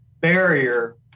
barrier